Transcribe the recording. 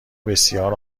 بسیار